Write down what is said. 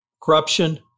corruption